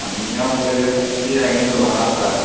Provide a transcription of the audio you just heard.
கம்மியாக உங்களுக்கு பத்து ஐநூறு பண்ணலாம் சார்